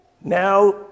Now